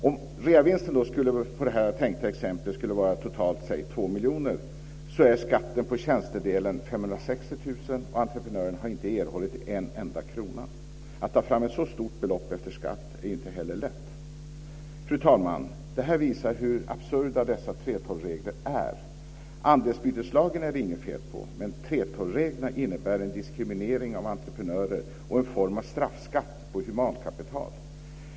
Om reavinsten i det här tilltänkta fallet totalt skulle vara 2 miljoner är skatten på tjänstedelen 560 000 kr, och entreprenören har inte erhållit en enda krona. Att ta fram ett så stort belopp efter skatt är inte heller lätt. Fru talman! Det här visar hur absurda dessa 3:12 regler är. Andelsbyteslagen är det inget fel på, men 3:12-reglerna innebär en diskriminering av entreprenörer och en form av straffskatt på humankapital.